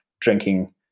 drinking